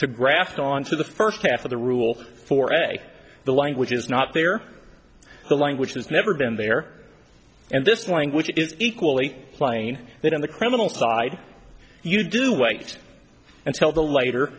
to graft onto the first half of the rule for a the language is not there the language has never been there and this language is equally plain that on the criminal side you do wait until the later